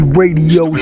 radio